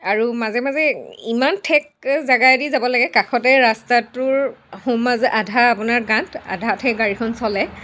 আৰু মাজে মাজে ইমান ঠেক জেগাইদি যাব লাগে কাষতে ৰাস্তাটোৰ সোঁমাজত আধা আপোনাৰ গাঁত আধাতহে গাড়ীখন চলে